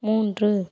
மூன்று